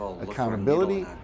accountability